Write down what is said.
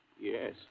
Yes